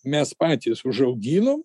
mes patys užauginom